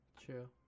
true